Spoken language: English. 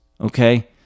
okay